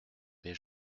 mais